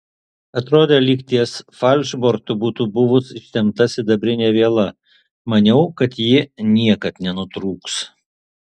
atrodė lyg ties falšbortu būtų buvus ištempta sidabrinė viela maniau kad ji niekad nenutrūks